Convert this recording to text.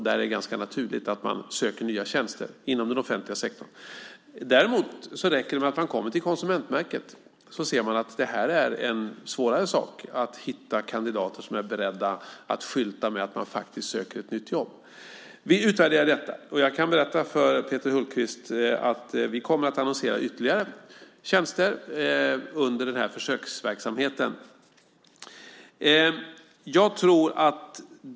Där är det ganska naturligt att man söker tjänster inom den offentliga sektorn. Däremot räcker det med att man kommer till Konsumentverket för att se att det är en svårare sak att hitta kandidater som är beredda att skylta med att man faktiskt söker ett nytt jobb. Vi utvärderar detta. Jag kan berätta för Peter Hultqvist att vi kommer att annonsera ytterligare tjänster under försöksverksamheten.